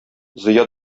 зыя